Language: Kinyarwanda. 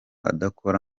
adakora